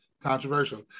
controversial